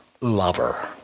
lover